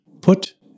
Put